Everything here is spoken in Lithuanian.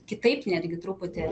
kitaip netgi truputį